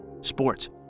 sports